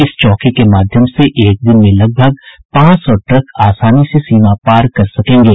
इस चौकी के माध्यम से एक दिन में लगभग पांच सौ ट्रक आसानी से सीमा पार कर सकेंगे